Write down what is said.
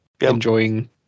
enjoying